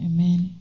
Amen